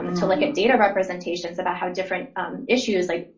um to look at data representations about how different issues, like,